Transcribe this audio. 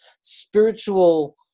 spiritual